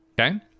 okay